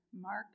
Mark